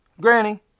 Granny